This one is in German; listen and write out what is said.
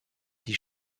die